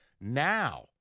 Now